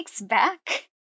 back